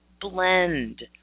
blend